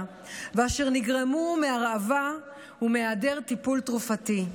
ואשר נגרמו מהרעבה ומהיעדר טיפול תרופתי.